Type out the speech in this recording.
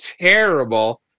terrible